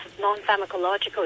non-pharmacological